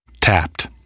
Tapped